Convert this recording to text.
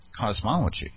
cosmology